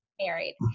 married